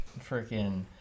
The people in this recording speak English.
freaking